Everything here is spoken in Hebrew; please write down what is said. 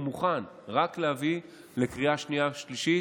הוא מוכן, רק להביא לקריאה שנייה ושלישית.